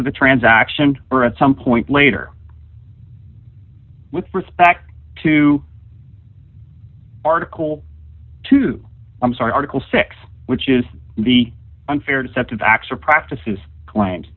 of the transaction or at some point later with respect to article two i'm sorry article six which is the unfair deceptive acts or practices client